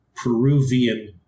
Peruvian